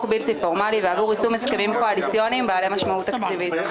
בלתי פורמלי ועבור יישום הסכמים קואליציוניים בעלי משמעות תקציבית.